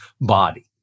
body